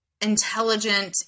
intelligent